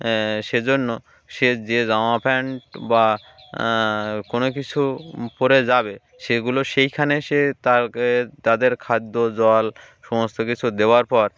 সেজন্য সে যে জামা প্যান্ট বা কোনো কিছু পরে যাবে সেগুলো সেইখানে সে তারকে তাদের খাদ্য জল সমস্ত কিছু দেওয়ার পর